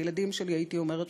לילדים שלי הייתי אומרת,